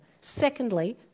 secondly